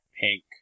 Pink